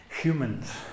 humans